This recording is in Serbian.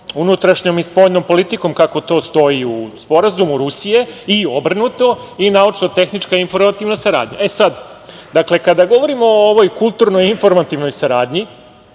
unutrašnjom i spoljnom politikom, kako to stoji u Sporazumu Rusije i obrnuto, i naučno-tehnička, informativna saradnja. Dakle, kada govorimo o ovoj kulturnoj, informativnoj saradnji